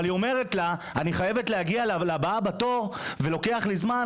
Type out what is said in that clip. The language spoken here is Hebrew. אבל היא אומרת לה אני חייבת להגיע לבאה בתור ולוקח לי זמן,